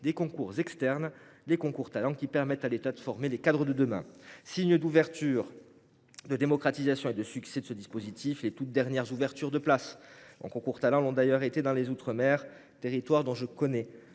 des concours externes, les concours Talents, permettant à l’État de former les cadres de demain. Signe d’ouverture, de démocratisation et de succès du dispositif, les toutes dernières places offertes à ces concours l’ont d’ailleurs été dans les outre mer, territoires auxquels je sais